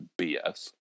BS